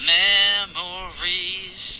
memories